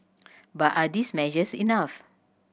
but are these measures enough